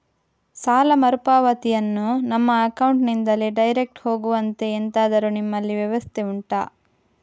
ಸಾಲ ಮರುಪಾವತಿಯನ್ನು ನಮ್ಮ ಅಕೌಂಟ್ ನಿಂದಲೇ ಡೈರೆಕ್ಟ್ ಹೋಗುವಂತೆ ಎಂತಾದರು ನಿಮ್ಮಲ್ಲಿ ವ್ಯವಸ್ಥೆ ಉಂಟಾ